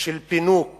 של פינוק